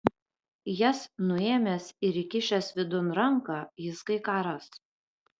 jas nuėmęs ir įkišęs vidun ranką jis kai ką ras